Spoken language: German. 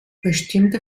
bestimmte